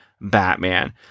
Batman